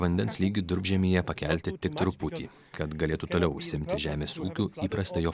vandens lygį durpžemyje pakelti tik truputį kad galėtų toliau užsiimti žemės ūkiu įprasta jo